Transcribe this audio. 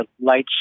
lights